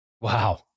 Wow